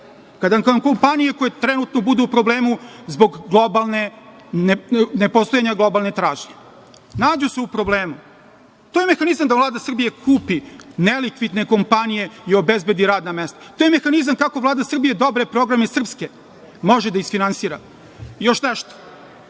kada vam kompanije koje trenutno budu u problemu zbog globalne nepostojanja globalne tražnje, nađu se u problemu, to je mehanizam da Vlada Srbije kupi nelikvidne kompanije i obezbedi radna mesta. To je mehanizam kako Vlada Srbije dobre programe srpske može da isfinansira. Još nešto,